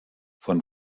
von